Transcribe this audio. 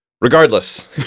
Regardless